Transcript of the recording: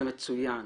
זה מצוין.